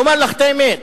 לומר לך את האמת,